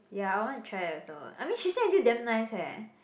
ya I want to try also I mean she say until damn nice leh